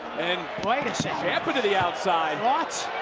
and like ah yeah to the outside. what?